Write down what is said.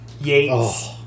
Yates